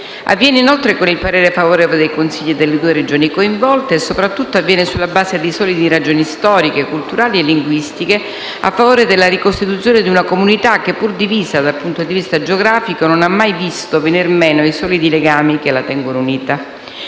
Avviene inoltre con il parere favorevole dei Consigli delle due Regioni coinvolte e soprattutto avviene sulla base di solide ragioni storiche, culturali e linguistiche a favore della ricostituzione di una comunità che, pur divisa dal punto di vista geografico, non ha mai visto venire meno i solidi legami che la tengono unita.